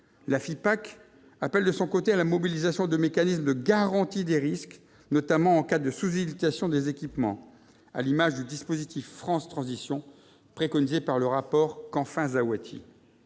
l'AFHYPAC, appelle de son côté à la mobilisation de mécanismes de garantie des risques, notamment en cas de sous-utilisation des équipements, à l'image du dispositif France Transition, préconisé par le rapport Canfin-Zaouati.